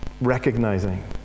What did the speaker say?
recognizing